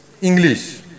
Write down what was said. English